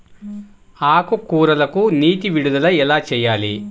ఆకుకూరలకు నీటి విడుదల ఎలా చేయాలి?